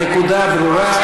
הנקודה ברורה.